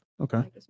Okay